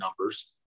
numbers